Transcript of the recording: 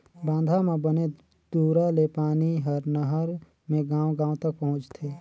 बांधा म बने दूरा ले पानी हर नहर मे गांव गांव तक पहुंचथे